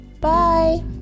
Bye